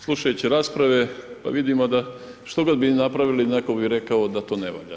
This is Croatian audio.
Slušajući rasprave, pa vidimo da što god mi napravili, netko bi rekao da to ne valja.